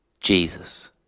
Jesus